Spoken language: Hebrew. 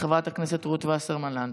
חברת הכנסת רות וסרמן לנדה.